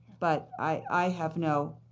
but i have no